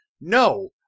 No